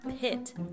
pit